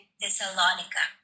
Thessalonica